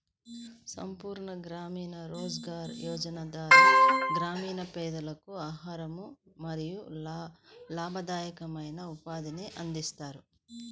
సంపూర్ణ గ్రామీణ రోజ్గార్ యోజన ద్వారా గ్రామీణ పేదలకు ఆహారం మరియు లాభదాయకమైన ఉపాధిని అందిస్తారు